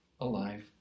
alive